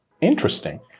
interesting